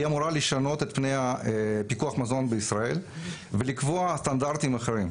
אמורה לשנות את פני פיקוח המזון בישראל ולקבוע סטנדרטים אחרים.